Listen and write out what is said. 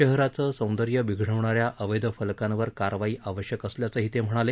शहराचं सौंदर्य बिघडवणाऱ्या अवैध फलकांवर कारवाई आवश्यक असल्याचंही ते म्हणाले